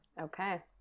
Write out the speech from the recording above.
okay